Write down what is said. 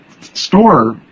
store